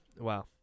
wow